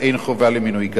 אך אין חובה למינוי כאמור.